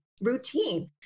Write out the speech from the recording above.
routine